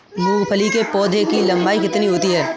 मूंगफली के पौधे की लंबाई कितनी होती है?